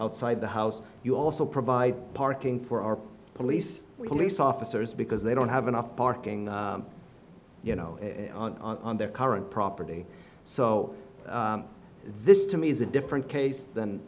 outside the house you also provide parking for our police police officers because they don't have enough parking you know on their current property so this to me is a different case th